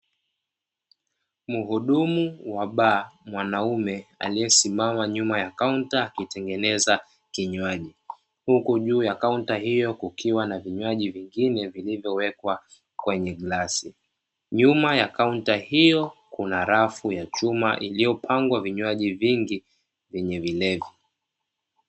Mhudumu wa baa mwanamume aliyesimama nyuma ya kaunta akitengeneza kinywaji, huku juu ya kaunta hiyo kukiwa na vinywaji vingine vilivyowekwa kwenye glasi, nyuma ya kaunta hiyo kuna rafu ya chuma iliyopangwa vinywaji vingi vyenye vilevi.